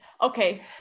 Okay